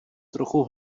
trochu